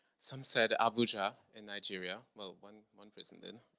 some said abuja in nigeria. well, one one prison did.